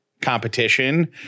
competition